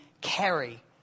carry